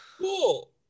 Cool